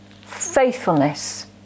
faithfulness